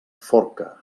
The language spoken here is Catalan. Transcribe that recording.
forca